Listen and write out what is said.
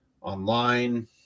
online